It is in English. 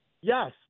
yes